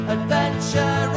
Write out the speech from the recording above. Adventure